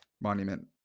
Monument